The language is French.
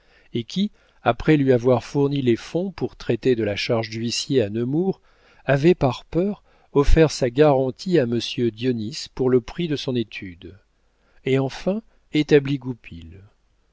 et qui après lui avoir fourni les fonds pour traiter de la charge d'huissier à nemours avait par peur offert sa garantie à monsieur dionis pour le prix de son étude et enfin établi